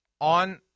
on